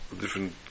different